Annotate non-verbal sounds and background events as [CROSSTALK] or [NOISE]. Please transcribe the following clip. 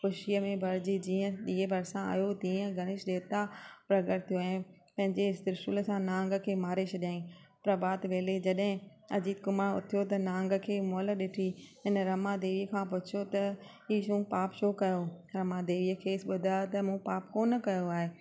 ख़ुशीअ में भरिजी जीअं ॾींअं बरसा आयो तीअं गणेश देवता प्रकट थियूं ऐं पंहिंजे त्रिशूल सां नांग खे मारे छॾिया ई प्रभात वेले जॾहिं अजीत कुमार उथियो त नांग खे मोलु ॾिठी हिन रमा देवीअ खां पुछियो त [UNINTELLIGIBLE] पाप छो कयो रमा देवीअ खेसि ॿुधायो त मूं पाप कोन्ह कयो आहे